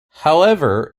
however